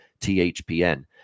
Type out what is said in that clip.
THPN